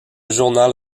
journal